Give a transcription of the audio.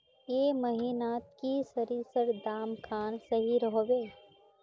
ए महीनात की सरिसर दाम खान सही रोहवे?